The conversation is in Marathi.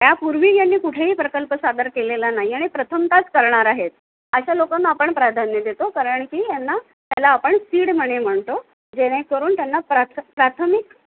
त्यापूर्वी ज्यांनी कुठेही प्रकल्प सादर केलेला नाही आणि प्रथमत च करणार आहेत अशा लोकांना आपण प्राधान्य देतो कारण की यांना त्याला आपण सीड म्हणे म्हणतो जेणेकरून त्यांना प्राथ प्राथमिक